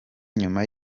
nyuma